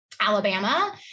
Alabama